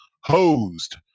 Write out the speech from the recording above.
hosed